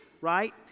right